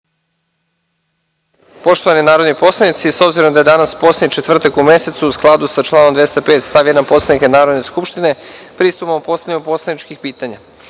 Poštovani narodni poslanici, s obzirom da je danas poslednji četvrtak u mesecu, u skladu sa članom 205. stav 1. Poslovnika Narodne skupštine, pristupamo postavljanju poslanička